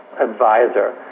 advisor